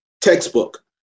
textbook